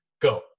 go